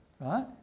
right